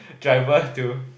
driver to